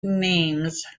names